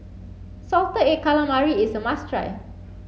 salted egg calamari is a must try